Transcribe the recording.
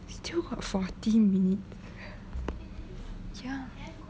still got forty minute ya